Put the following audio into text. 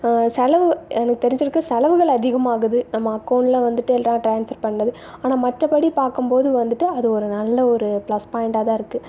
செலவு எனக்கு தெரிஞ்சுருக்கு செலவுகள் அதிகமாகுது நம்ம அக்கௌண்ட்டில் வந்துவிட்டு எல்லாம் ட்ரான்ஸ்ஃபர் பண்ணது ஆனால் மற்றபடி பார்க்கும்போது வந்துவிட்டு அது ஒரு நல்ல ஒரு ப்ளஸ் பாயிண்ட்டாக தான் இருக்குது